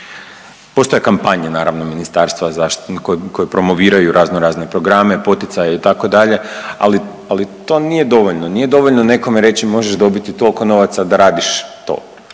postoje kampanje naravno ministarstva zaštitne koje promoviraju razno razne programe, poticaje itd., ali to nije dovoljno. Nije dovoljno nekome reći možeš dobiti toliko novaca da radiš to